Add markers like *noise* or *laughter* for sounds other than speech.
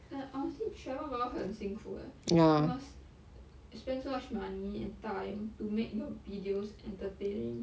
err honestly travel blogger 很辛苦 eh you must *breath* *noise* spend so much money and time to make your videos entertaining